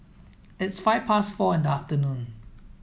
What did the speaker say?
its five past four in the afternoon